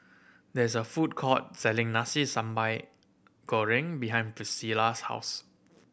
there is a food court selling Nasi Sambal Goreng behind Pricilla's house